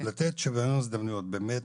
צריך לתת שוויון הזדמנויות באמת,